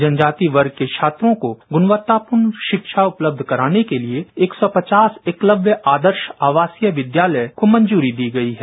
जनजातिय वर्ष के छात्रों को मुणवतापूर्व प्रिक्षा उपलब्ध रूपने के लिए एक सौ पवास एकलव्ध अदरो अपासीय विदालय को मंत्री दी गई है